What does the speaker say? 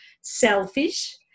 selfish